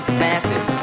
massive